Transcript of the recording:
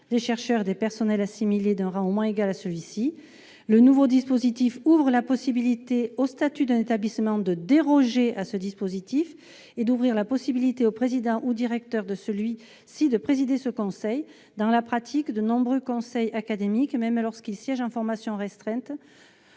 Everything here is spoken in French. des chercheurs et des personnels assimilés d'un rang au moins égal à celui-ci. Le nouveau dispositif ouvre la possibilité que les statuts d'un établissement dérogent à cette règle et au président ou au directeur de ce conseil de présider ce dernier. Dans la pratique, de nombreux conseils académiques, même lorsqu'ils siègent en formation restreinte,